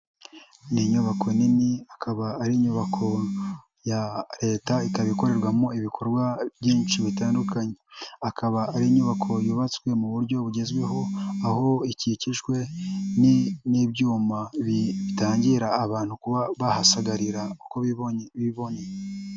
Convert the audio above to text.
Ni inyubako nini akaba ari inyubako ya leta ikaba ikorerwamo ibikorwa byinshi bitandukanye, akaba ari inyubako yubatswe mu buryo bugezweho, aho ikikijwe n'ibyuma bitangira abantu kuba bahasagarira uko bibonyeye.